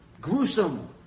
gruesome